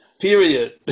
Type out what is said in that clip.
period